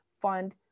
fund